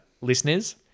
listeners